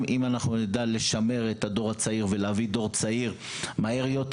אם אנחנו נדע לשמר את הדור הצעיר ולהביא דור צעיר מהר יותר.